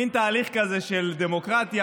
מין תהליך כזה של דמוקרטיה,